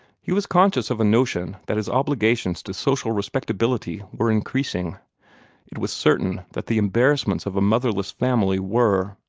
he was conscious of a notion that his obligations to social respectability were increasing it was certain that the embarrassments of a motherless family were.